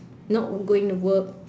not going to work